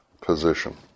position